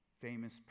famous